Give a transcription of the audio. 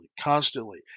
constantly